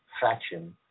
faction